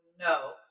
no